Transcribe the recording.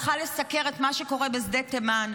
הלכה לסקר את מה שקורה בשדה תימן,